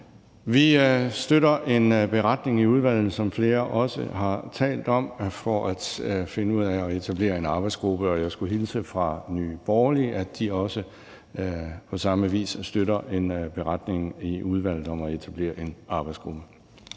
Vi støtter en beretning i udvalget, som flere også har talt om, for at finde ud af at etablere en arbejdsgruppe, og jeg skulle hilse fra Nye Borgerlige og sige, at de også på samme vis støtter en beretning i udvalget om at etablere en arbejdsgruppe.